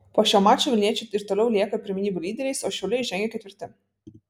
po šio mačo vilniečiai ir toliau lieka pirmenybių lyderiais o šiauliai žengia ketvirti